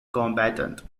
combatant